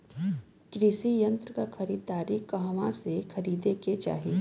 कृषि यंत्र क खरीदारी कहवा से खरीदे के चाही?